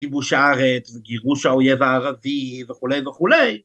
כיבוש הארץ וגירוש האויב הערבי וכולי וכולי.